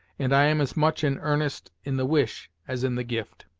and i am as much in earnest in the wish as in the gift.